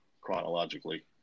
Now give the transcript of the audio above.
chronologically